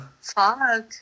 fuck